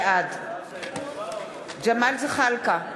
בעד ג'מאל זחאלקה,